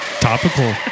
Topical